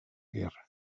guerra